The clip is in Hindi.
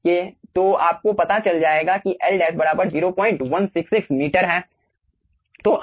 तो आपको पता चल जाएगा कि L' 0166 मीटर है